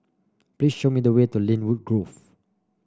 please show me the way to Lynwood Grove